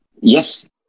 yes